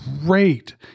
great